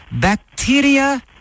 bacteria